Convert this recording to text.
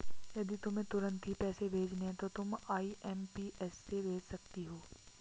यदि तुम्हें तुरंत ही पैसे भेजने हैं तो तुम आई.एम.पी.एस से भेज सकती हो